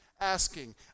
asking